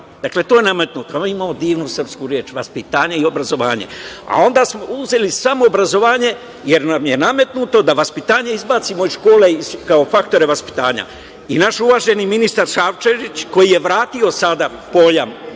To je nametnuto. Imamo divnu srpsku reč – vaspitanje i obrazovanje. Onda smo uzeli samo obrazovanje jer nam je nametnuto da vaspitanje izbacimo iz škole kao faktore vaspitanja. Naš uvaženi ministar Šarčević koji je vratio sada pojam